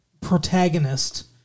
protagonist